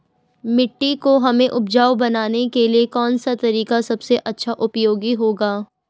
मिट्टी को हमें उपजाऊ बनाने के लिए कौन सा तरीका सबसे अच्छा उपयोगी होगा?